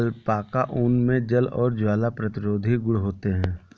alpaca ऊन मे जल और ज्वाला प्रतिरोधी गुण होते है